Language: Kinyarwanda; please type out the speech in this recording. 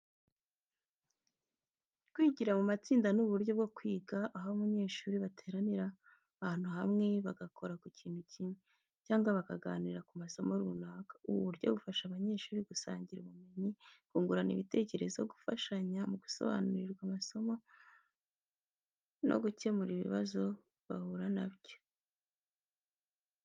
Kwigira mu matsinda ni uburyo bwo kwiga, aho abanyeshuri bateranira ahantu hamwe bagakora ku kintu kimwe cyangwa bakaganira ku masomo runaka. Ubu buryo bufasha abanyeshuri gusangira ubumenyi, kungurana ibitekerezo, gufashanya mu gusobanukirwa amasomo, no gukemura ibibazo bahura nabyo.